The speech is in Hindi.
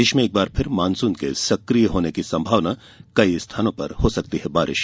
प्रदेश में एक बार फिर मानसून के सकिय होने की संभावना कई स्थानों पर हो सकती है बारिश